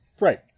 Right